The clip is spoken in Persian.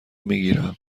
میگیرم